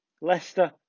Leicester